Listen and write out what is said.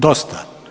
Dosta!